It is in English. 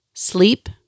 Sleep